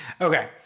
Okay